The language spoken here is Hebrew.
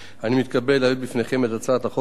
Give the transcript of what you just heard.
אני מתכבד להביא בפניכם את הצעת חוק הרשויות